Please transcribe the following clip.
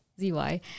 Z-Y